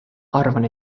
arvan